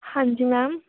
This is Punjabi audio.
ਹਾਂਜੀ ਮੈਮ